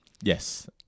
Yes